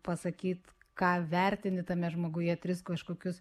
pasakyt ką vertini tame žmoguje tris kažkokius